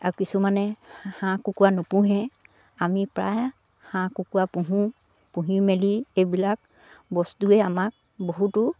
আৰু কিছুমানে হাঁহ কুকুৰা নোপোহে আমি প্ৰায় হাঁহ কুকুৰা পোহোঁ পুহি মেলি এইবিলাক বস্তুৱে আমাক বহুতো